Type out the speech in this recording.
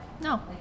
No